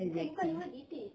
exactly